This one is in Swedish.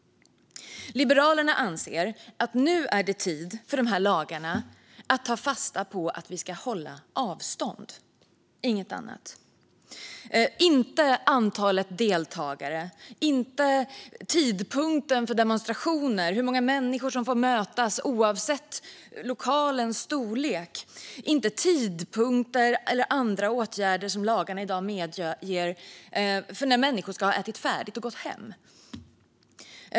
Liberalerna anser att det nu är tid för lagarna att ta fasta på att vi ska hålla avstånd - inget annat. Det ska inte handla om antalet deltagare, inte om tidpunkten för demonstrationer, inte om hur många människor som får mötas, oavsett lokalens storlek, och inte om tidpunkter eller andra åtgärder som lagarna i dag medger för när människor ska ha ätit färdigt och gått hem. Fru talman!